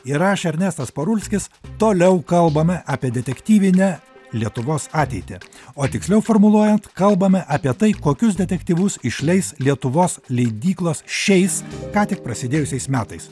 ir aš ernestas parulskis toliau kalbame apie detektyvinę lietuvos ateitį o tiksliau formuluojant kalbame apie tai kokius detektyvus išleis lietuvos leidyklos šiais ką tik prasidėjusiais metais